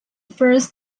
first